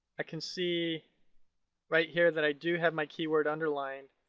i can see right here that i do have my keyword underlined.